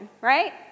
right